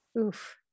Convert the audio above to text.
Oof